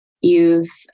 youth